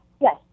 yes